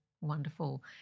wonderful